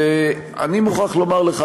אני מוכרח לומר לך,